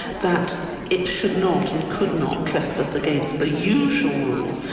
that it should not and could not trespass against the usual rule,